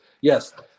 Yes